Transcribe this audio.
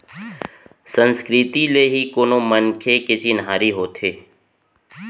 संस्कृति ले ही कोनो मनखे के चिन्हारी होथे